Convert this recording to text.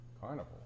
Carnival